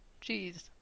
Jeez